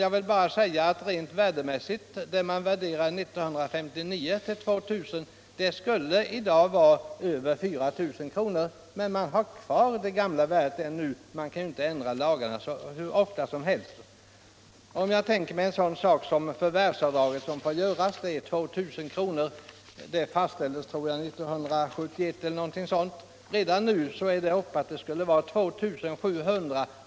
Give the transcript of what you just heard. Jag vill bara säga att vad man 1959 värderade till 2000 kr. skulle rent värdemässigt i dag vara över 4000 kr. Men man har kvar det gamla beloppet ännu; man kan ju inte ändra lagarna hur ofta som helst. Det förvärvsavdrag som får göras är 2000 kr., och det fastställdes, tror jag, 1971. Redan nu skulle det vara 2 700 kr.